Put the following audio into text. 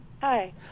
Hi